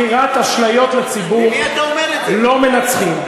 במכירת אשליות לציבור לא מנצחים.